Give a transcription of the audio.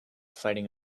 fighting